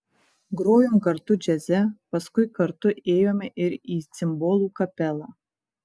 grojom kartu džiaze paskui kartu ėjome ir į cimbolų kapelą